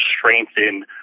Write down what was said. strengthen